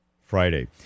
Friday